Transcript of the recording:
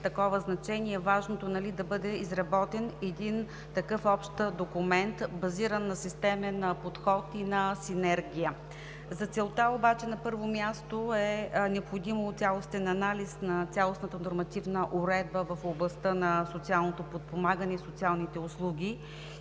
такова значение, важното е да бъде изработен един такъв общ документ, базиран на системен подход и на синергия. За целта обаче, на първо място, е необходим цялостен анализ на цялостната нормативна уредба в областта на социалното подпомагане и социалните услуги